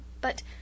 But—